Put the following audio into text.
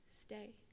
stay